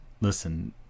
Listen